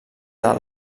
del